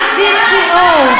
ICCO,